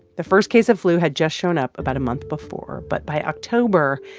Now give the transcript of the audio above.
the first case of flu had just shown up about a month before, but by october,